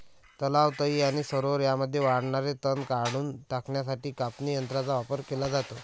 तलाव, तळी आणि सरोवरे यांमध्ये वाढणारे तण काढून टाकण्यासाठी कापणी यंत्रांचा वापर केला जातो